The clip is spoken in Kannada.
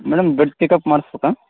madam blood checkup ಮಾಡ್ಸಬೇಕಾ